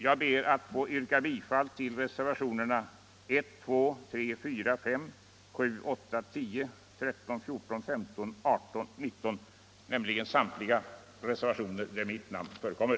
Jag ber att få yrka bifall till reservationerna 1, 2, 3, 4, 5, 7,8, 10, 13, 14, 15, 18 och 19 — samtliga där mitt namn förekommer.